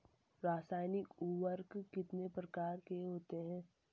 रासायनिक उर्वरक कितने प्रकार के होते हैं?